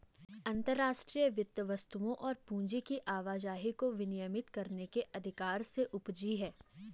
अंतर्राष्ट्रीय वित्त वस्तुओं और पूंजी की आवाजाही को विनियमित करने के अधिकार से उपजी हैं